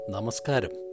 Namaskaram